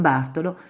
Bartolo